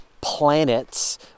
planets